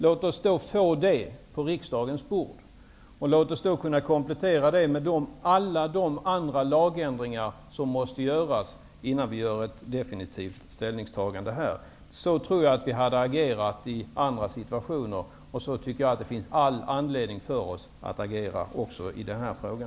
Låt oss då få det på riksdagens bord, och låt oss komplettera med alla de andra lagändringar som måste göras innan vi gör ett slutligt ställningstagande. Jag tror att vi hade agerat så i andra situationer, och det finns all anledning att agera så även i denna fråga.